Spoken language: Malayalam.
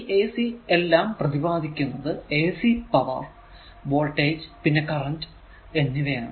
ഈ ac എല്ലാം പ്രതിപാദിക്കുന്നതു ac പവർ വോൾടേജ് പിന്നെ കറന്റ് എന്നിവയാണ്